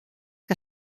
que